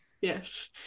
yes